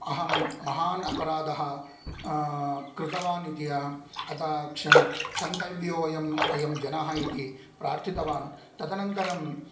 अहं महान् अपराधः कृतवानिति अहं अतः क्ष क्षन्तव्योयम् अयं जनः इति प्रार्थितवान् तदनन्तरं